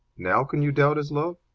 now can you doubt his love?